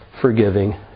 forgiving